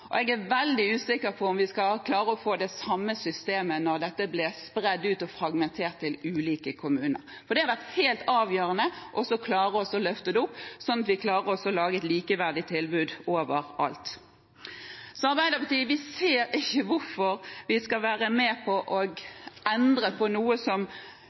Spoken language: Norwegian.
Jeg er veldig usikker på om vi klarer å få det samme systemet når dette blir fragmentert og spredt ut til ulike kommuner. Det har vært helt avgjørende å løfte det opp, sånn at vi klarer å lage et likeverdig tilbud overalt. Arbeiderpartiet ser ikke hvorfor vi skal være med på å endre på noe som